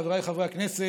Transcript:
חבריי חברי הכנסת,